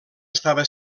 estava